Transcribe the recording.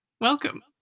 Welcome